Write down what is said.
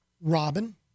Robin